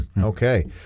Okay